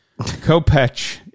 Kopech